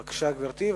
בבקשה, גברתי.